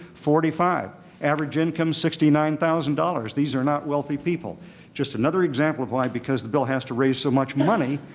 forty five average income, sixty nine thousand dollars. these are not wealthy people. it's just another example of why because the bill has to raise so much money,